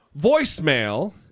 voicemail